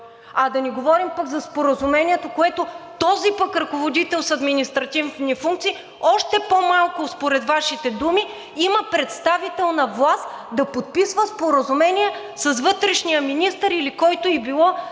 А да не говорим за споразумението, което този пък ръководител с административни функции още по-малко според Вашите думи има представителна власт да подписва споразумение с вътрешния министър или който и да било за